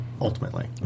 ultimately